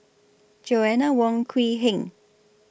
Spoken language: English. Joanna Wong Quee Heng